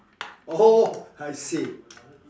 oh I see